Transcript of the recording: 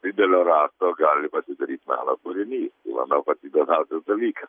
didelio rasto gali pasidaryt meno kūrinys tai manau pats įdomiausias dalykas